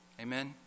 Amen